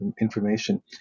information